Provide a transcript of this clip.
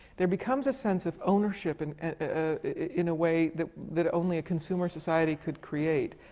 there becomes a sense of ownership and and in a way that that only a consumer society could create.